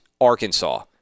Arkansas